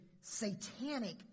satanic